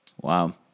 Wow